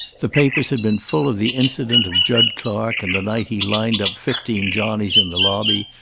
the papers had been full of the incident of jud clark and the night he lined up fifteen johnnies in the lobby,